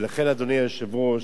ולכן, אדוני היושב-ראש,